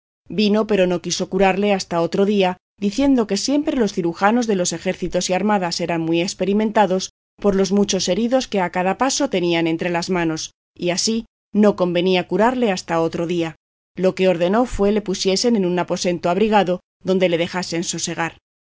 vino pero no quiso curarle hasta otro día diciendo que siempre los cirujanos de los ejércitos y armadas eran muy experimentados por los muchos heridos que a cada paso tenían entre las manos y así no convenía curarle hasta otro día lo que ordenó fue le pusiesen en un aposento abrigado donde le dejasen sosegar llegó en